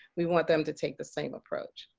we want them to take the same approach.